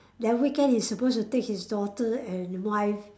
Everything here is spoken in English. that weekend he's supposed to take his daughter and wife